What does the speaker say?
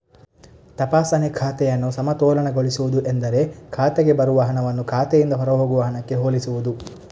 ತಪಾಸಣೆ ಖಾತೆಯನ್ನು ಸಮತೋಲನಗೊಳಿಸುವುದು ಎಂದರೆ ಖಾತೆಗೆ ಬರುವ ಹಣವನ್ನು ಖಾತೆಯಿಂದ ಹೊರಹೋಗುವ ಹಣಕ್ಕೆ ಹೋಲಿಸುವುದು